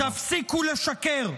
-- תפסיקו לשקר.